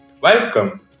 Welcome